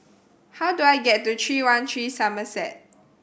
how do I get to Three One Three Somerset